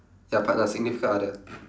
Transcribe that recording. ya partner significant other